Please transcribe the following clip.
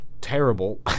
terrible